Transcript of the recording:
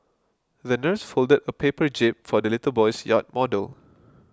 the nurse folded a paper jib for the little boy's yacht model